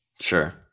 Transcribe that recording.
sure